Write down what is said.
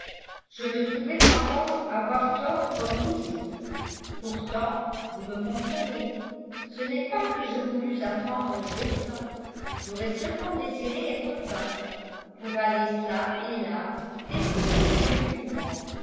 je me trouvais encore avoir tort comme toujours pourtant vous me comprenez ce n'est pas que je voulusse apprendre le dessin j'aurais seulement désiré être peintre pour aller çà et là dessiner les vieux couvents